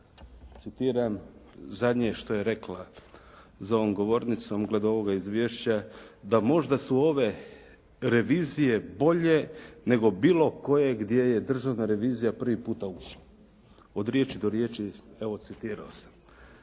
citiram zadnje što je rekla za ovom govornicom, glede ovog izvješća, "Da možda su ove revizije bolje, nego bilo kojeg gdje je Državna revizija prvi puta ušla", od riječi do riječi evo citirao sam.